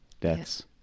deaths